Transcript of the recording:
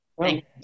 Thank